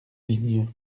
digne